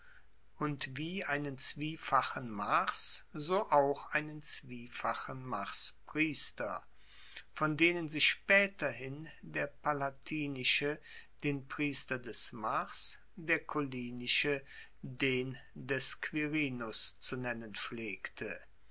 und wie einen zwiefachen mars so auch einen zwiefachen marspriester von denen sich spaeterhin der palatinische den priester des mars der collinische den des quirinus zu nennen pflegte